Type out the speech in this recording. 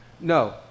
No